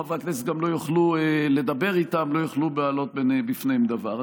וחברי הכנסת גם לא יוכלו לדבר איתם ולא יוכלו להעלות בפניהם דבר.